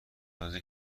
حاضر